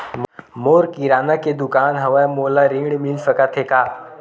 मोर किराना के दुकान हवय का मोला ऋण मिल सकथे का?